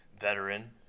Veteran